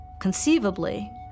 conceivably